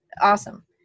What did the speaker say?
awesome